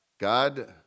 God